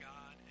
God